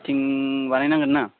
fitting बानायनांगोन्ना